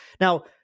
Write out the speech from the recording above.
Now